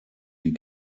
die